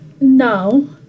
no